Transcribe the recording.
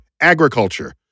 Agriculture